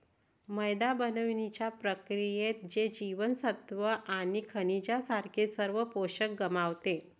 मैदा बनवण्याच्या प्रक्रियेत, ते जीवनसत्त्वे आणि खनिजांसारखे सर्व पोषक गमावते